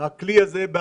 הוא כלי שקהה